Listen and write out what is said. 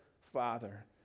Father